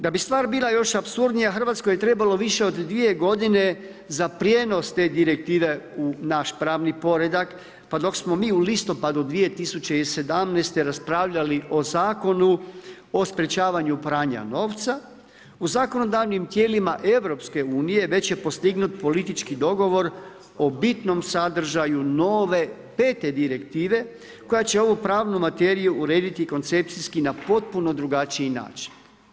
Da bi stvar bila još apsurdnija, Hrvatskoj je trebalo više od dvije godine za prijenos te direktive u naš pravni poredak, pa dok smo mi u listopadu 2017. raspravljali o Zakonu o sprečavanju pranja novca, u zakonodavnim tijelima EU već je postignut politički dogovor o bitnom sadržaju nove pete direktive koja će ovu pravnu materiju urediti koncepcijski na potpuno drugačiji način.